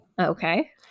okay